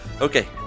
Okay